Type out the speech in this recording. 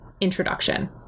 introduction